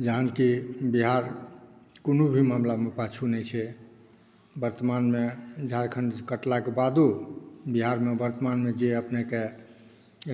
जहनकी बिहार कोनो भी मामलामे पाछूँ नहि छै वर्तमानमे झारखंडसऽ कटलाक बादो बिहारमे वर्तमानमे जे अपनेक